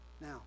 Now